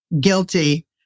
guilty